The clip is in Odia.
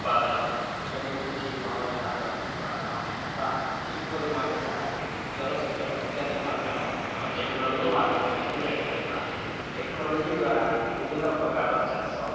ଉତ୍ପାଦନ କେମିତି ଠିକ୍ ଭାବରେ ତାହାର ଉତ୍ପାଦନ ବା ଠିକ୍ ପରିମାଣରେ ତାହାର ଜଳସେଚନ ଇତ୍ୟାଦି ମାଧ୍ୟମ ଆମେ ଟେକ୍ନୋଲୋଜି ମାଧ୍ୟମରେ ହିଁ ଜାଣିପାରିବା ଟେକ୍ନୋଲୋଜି ଦ୍ୱାରା ବିଭିନ୍ନ ପ୍ରକାରର ଚାଷ